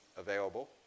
available